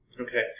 Okay